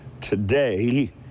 Today